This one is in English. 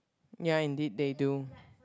ya indeed they do